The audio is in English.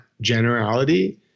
generality